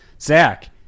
Zach